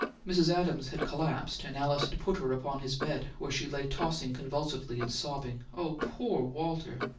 mrs. adams had collapsed, and alice had put her upon his bed, where she lay tossing convulsively and sobbing, oh, poor walter!